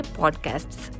podcasts